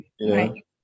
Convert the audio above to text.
Right